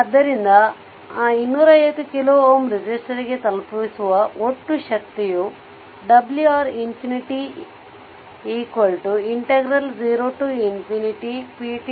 ಆದ್ದರಿಂದ ಆ 250 ಕಿಲೋ Ω ರೆಸಿಸ್ಟರ್ಗೆ ತಲುಪಿಸುವ ಒಟ್ಟು ಶಕ್ತಿಯು wR 0pdt 020